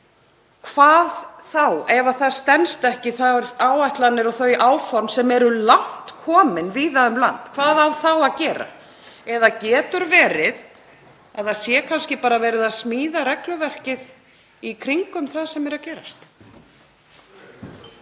hvað ef þær áætlanir og þau áform sem eru langt komin víða um land standast ekki? Hvað á þá að gera? Eða getur verið að það sé kannski bara verið að smíða regluverkið í kringum það sem er að gerast?